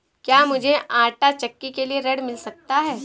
क्या मूझे आंटा चक्की के लिए ऋण मिल सकता है?